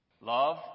Love